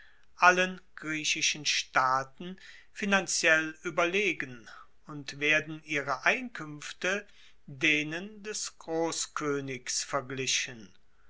allen griechischen staaten finanziell ueberlegen und werden ihre einkuenfte denen des grosskoenigs verglichen